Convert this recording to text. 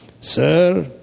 Sir